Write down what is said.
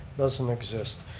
doesn't exist.